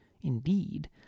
Indeed